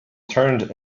turned